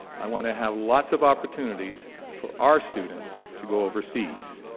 i want to have lots of opportunities for our students to go overseas.